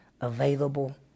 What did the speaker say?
available